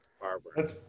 Barbara